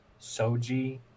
Soji